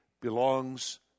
belongs